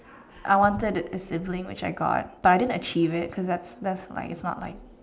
I wanted a sibling which I got but I didn't achieve it because thats like thats not mine